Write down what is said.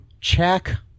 check